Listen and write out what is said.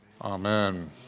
Amen